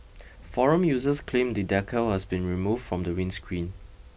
forum users claimed the decal has been removed from the windscreen